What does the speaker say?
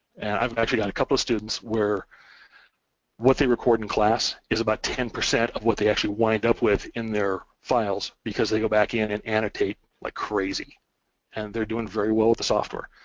i've actually got a couple of students where what they record in class is about ten percent of what they actually wind up with in their files because they go back in and annotate like crazy and they're doing very well with the software.